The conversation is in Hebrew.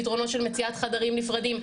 פתרונות של מציאת חדרים נפרדים.